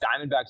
diamondbacks